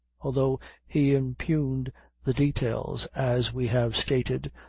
although he impugned the details as we have stated,